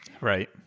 Right